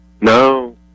No